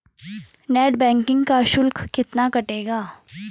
Net banking का शुल्क कितना कटेगा?